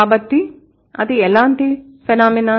కాబట్టి అది ఎలాంటి ఫినామిన